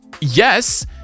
Yes